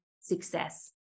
success